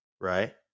right